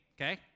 okay